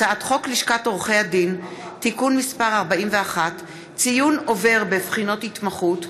הצעת חוק לשכת עורכי הדין (תיקון מס' 41) (ציון עובר בבחינות ההתמחות),